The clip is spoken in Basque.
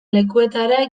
lekuetara